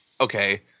okay